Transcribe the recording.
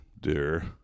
Dear